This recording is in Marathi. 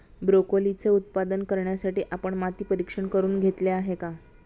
ब्रोकोलीचे उत्पादन करण्यासाठी आपण माती परीक्षण करुन घेतले आहे का?